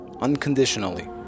Unconditionally